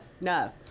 no